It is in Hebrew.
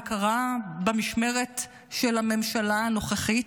וקרה במשמרת של הממשלה הנוכחית,